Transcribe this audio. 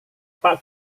pak